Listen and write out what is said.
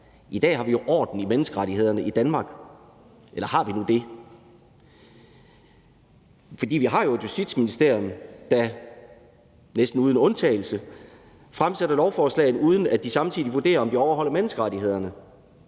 I dag har vi jo orden i menneskerettighederne i Danmark, eller har vi nu det? For vi har jo et Justitsministerium, der næsten uden undtagelse fremsætter lovforslag, uden at de samtidig vurderer, om de overholder menneskerettighederne.